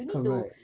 correct